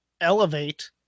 elevate